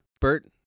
Bert